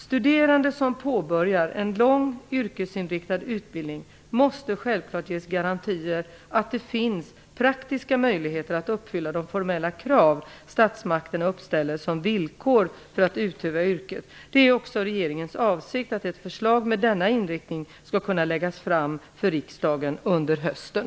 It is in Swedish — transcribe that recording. Studerande som påbörjar en lång, yrkesinriktad utbildning måste självklart ges garantier för att det finns praktiska möjligheter att uppfylla de formella krav som statsmakterna uppställer som villkor för att utöva yrket. Det är också regeringens avsikt att ett förslag med denna inriktning skall kunna läggas fram för riksdagen under hösten.